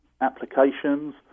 applications